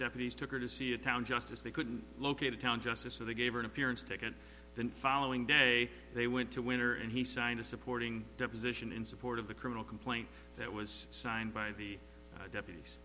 deputies took her to see a town just as they couldn't locate a town just so they gave her an appearance taken the following day they went to winter and he signed a supporting deposition in support of the criminal complaint that was signed by the deputies